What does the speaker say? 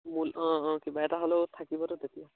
মূল অঁ অঁ কিবা এটা হ'লেও থাকিবতো তেতিয়া